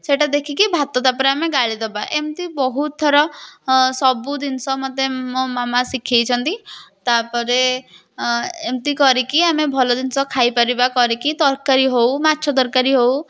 ସେଇଟା ଦେଖିକି ଭାତ ତା'ପରେ ଆମେ ଗାଳିଦବା ଏମିତି ବହୁତ୍ ଥର ସବୁ ଜିନିଷ ମୋତେ ମୋ ମାମା ଶିଖେଇଛନ୍ତି ତା'ପରେ ଏମିତି କରିକି ଆମେ ଭଲ ଜିନିଷ ଖାଇପାରିବା କରିକି ତରକାରୀ ହେଉ ମାଛ ତରକାରୀ ହେଉ